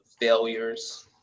failures